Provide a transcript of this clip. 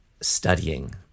studying